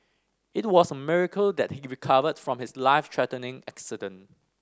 it was a miracle that he recovered from his life threatening accident